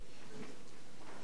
המדינה.)